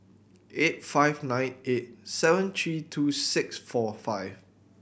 eight five nine eight seven three two six four five